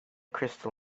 crystal